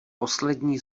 poslední